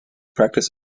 practice